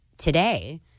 today